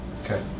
Okay